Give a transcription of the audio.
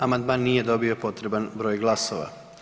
Amandman nije dobio potreban broj glasova.